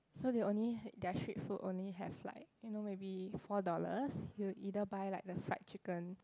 so they only their street food only have like you know maybe four dollars you either buy like the fried chicken